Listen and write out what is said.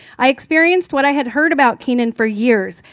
i experienced what i had heard about keenan for years,